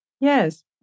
Yes